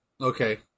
Okay